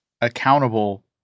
accountable